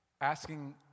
asking